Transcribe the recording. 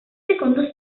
secondo